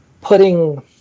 Putting